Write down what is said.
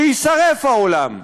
שיישרף העולם.